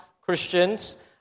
Christians